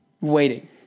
waiting